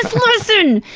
lesson!